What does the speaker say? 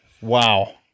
Wow